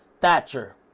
Thatcher